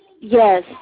Yes